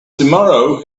tomorrow